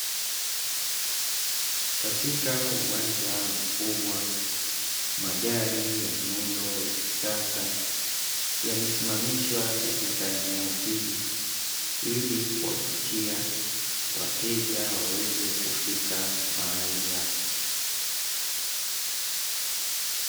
Katika uwanja mkubwa magari ya muundo wa kisasa, yamesimamishwa katika eneo hili ili kuwavutia wateja waweze kufika mahali hapa.